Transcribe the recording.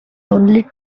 only